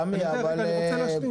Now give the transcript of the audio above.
אבל אני רוצה להשלים.